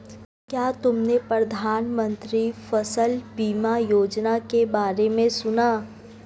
क्या तुमने प्रधानमंत्री फसल बीमा योजना के बारे में सुना?